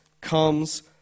comes